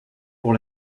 pour